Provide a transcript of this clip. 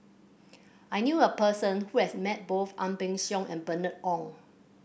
I knew a person who has met both Ang Peng Siong and Bernice Ong